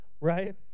right